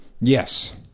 Yes